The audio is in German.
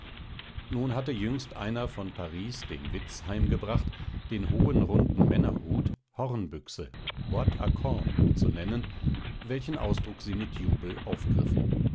nun hatte jüngst einer von paris den witz heimgebracht den hohen runden männerhut hornbüchse bote cornes zu nennen welchen ausdruck sie mit jubel aufgriffen